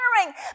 honoring